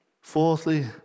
Fourthly